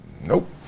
Nope